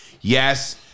Yes